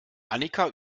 annika